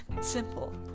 Simple